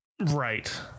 Right